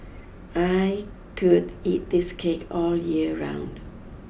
I could eat this cake all year round